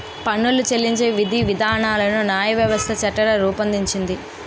పన్నులు చెల్లించే విధివిధానాలను న్యాయవ్యవస్థ చక్కగా రూపొందించింది